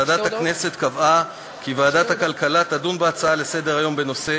ועדת הכנסת קבעה כי ועדת הכלכלה תדון בהצעות לסדר-היום בנושא: